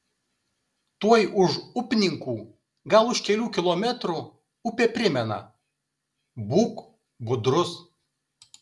tuoj už upninkų gal už kelių kilometrų upė primena būk budrus